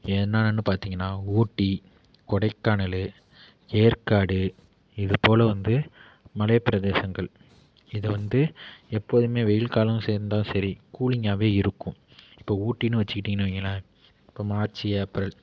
என்னென்னு பார்த்திங்கன்னா ஊட்டி கொடைக்கானல் ஏற்காடு இதுப்போல வந்து மலை பிரதேசங்கள் இது வந்து எப்போதுமே வெயில் காலம் சேர்ந்தா சரி கூலிங்காகவே இருக்கும் இப்போ ஊட்டினு வச்சுக்கிட்டிங்கன்னு வையுங்களேன் இப்போ மார்ச் ஏப்ரல்